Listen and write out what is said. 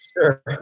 Sure